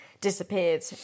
disappeared